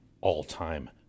all-time